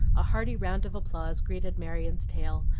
a hearty round of applause greeted marion's tale,